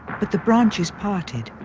but the branches parted.